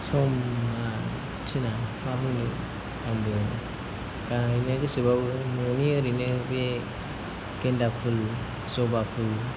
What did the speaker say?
समा थिना मा बुंनो आंबो गायनो गोसोब्लाबो न'नि ओरैनो बे गेन्दा फुल जबा फुल